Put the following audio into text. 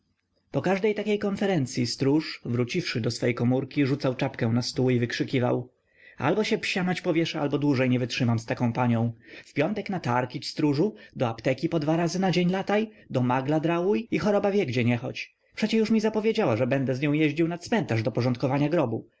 po każdej takiej konferencyi stróż wróciwszy do swej komórki rzucał czapkę na stół i wykrzykiwał albo się psiamać powieszę albo dłużej nie wytrzymam z taką panią w piątek na targ idź stróżu do apteki po dwa razy na dzień lataj do magla drałuj i choroba wie gdzie nie chodź przecie już mi zapowiedziała że będę z nią jeździł na cmentarz do porządkowania grobu